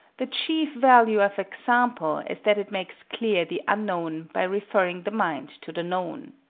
the chief value of example is that it makes clear the unknown by referring the mind to the known.